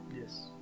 Yes